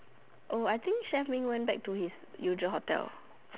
oh I think chef Ming went back to his usual hotel